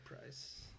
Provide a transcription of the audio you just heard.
price